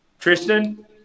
Tristan